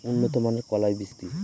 উন্নত মানের কলাই বীজ কি?